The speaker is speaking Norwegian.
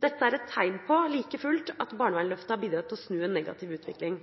Dette er like fullt et tegn på at barnevernsløftet har bidratt til å snu en negativ utvikling.